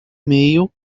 mail